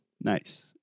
Nice